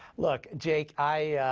look, jake, i,